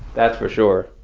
that's for sure.